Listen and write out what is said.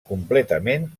completament